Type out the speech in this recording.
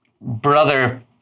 Brother